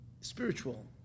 spiritual